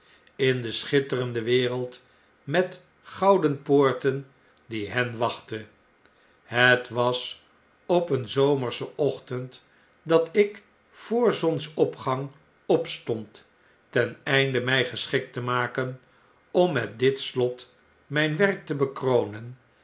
in de schitterende wereld met gouden poorten die hen wachtte het was op een zomerschen ochtend dat ik voor zonsopgang opstond ten einde my geschikt te maken om met dit slot myn werk te bekronen